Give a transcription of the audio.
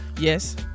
yes